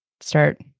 start